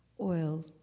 oil